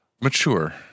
mature